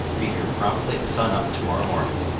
be here promptly at sun-up to-morrow morning.